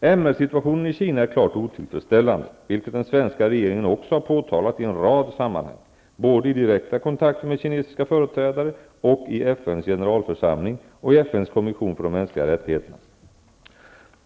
MRS-situationen i Kina är klart otillfredsställande, vilket den svenska regeringen också har påtalat i en rad sammanhang, både i direkta kontakter med kinesiska företrädare och i FN:s generalförsamling och i FN:s kommission för de mänskliga rättigheterna.